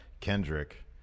Kendrick